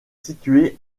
située